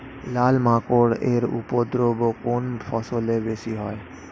লাল মাকড় এর উপদ্রব কোন ফসলে বেশি হয়?